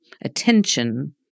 attention